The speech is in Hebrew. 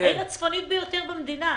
העיר הצפונית ביותר במדינה.